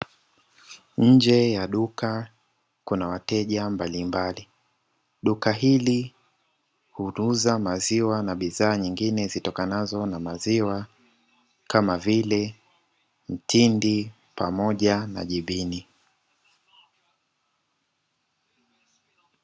Nje ya duka kuna wateja mbalimbali, duka hili huuza maziwa na bidhaa nyingine zitokanazo na maziwa kama vile mtindi pamoja na jibini.